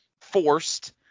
forced